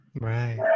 Right